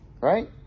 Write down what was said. Right